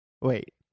Wait